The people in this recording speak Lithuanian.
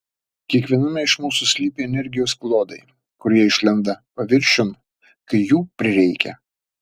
kiekviename iš mūsų slypi energijos klodai kurie išlenda paviršiun kai jų prireikia